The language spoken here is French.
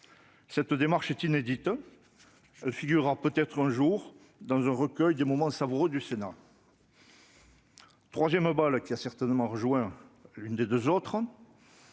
Cette démarche est inédite. Elle figurera peut-être un jour dans un recueil des moments savoureux du Sénat ! Troisième balle, qui a certainement rejoint l'une des deux autres